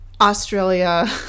Australia